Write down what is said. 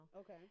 okay